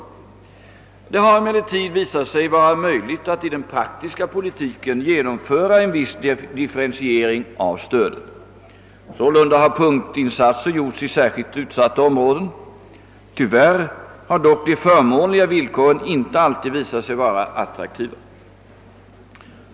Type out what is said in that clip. Det har emellertid visat sig vara möjligt att i den praktiska politiken genomföra en viss differentiering av stödet. Sålunda har punktinsatser gjorts i särskilt utsatta områden. Tyvärr har dock de förmånliga villkoren inte alltid visat sig vara attraktiva.